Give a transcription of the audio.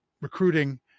recruiting